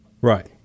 Right